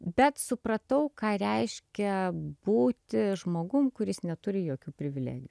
bet supratau ką reiškia būti žmogum kuris neturi jokių privilegijų